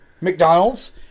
McDonald's